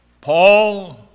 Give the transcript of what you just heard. Paul